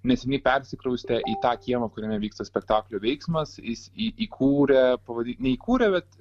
neseniai persikraustė į tą kiemą kuriame vyksta spektaklio veiksmas jis į įkūrė pavadin ne įkūrė bet